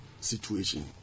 situation